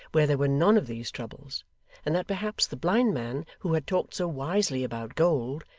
where there were none of these troubles and that perhaps the blind man, who had talked so wisely about gold,